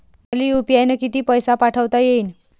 मले यू.पी.आय न किती पैसा पाठवता येईन?